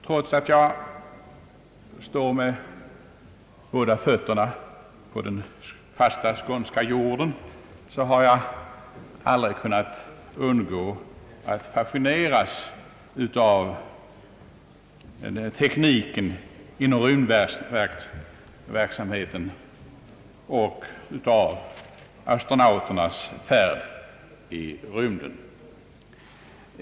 Trots att jag står med båda fötterna på den fasta skånska jorden har jag aldrig kunnat undgå att fascineras av tekniken inom rymdverksamheten och av astronauternas färder i rymden.